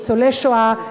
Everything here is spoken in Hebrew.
ניצולי שואה.